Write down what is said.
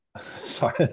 sorry